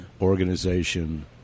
organization